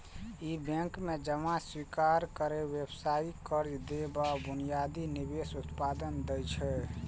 ई bank जमा स्वीकार करै, व्यावसायिक कर्ज दै आ बुनियादी निवेश उत्पाद दै छै